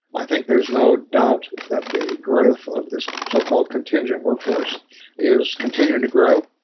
i think there's no doubt that the growth of this so-called contingent workforce is continuing to grow.